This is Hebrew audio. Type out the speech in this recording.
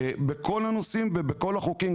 בכל הנושאים ובכל החוקים,